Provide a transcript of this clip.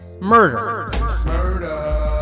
murder